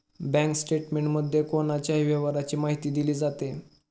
bank स्टेटमेंटमध्ये कोणाच्याही व्यवहाराची माहिती दिली जाते